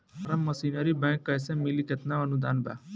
Form machinery bank कैसे मिली कितना अनुदान बा?